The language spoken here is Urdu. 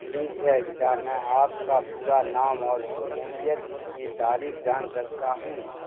ٹھیک ہے کیا میں آپ کا پورا نام اور شمولیت کی تاریخ جان سکتا ہوں